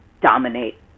dominate